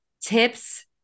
tips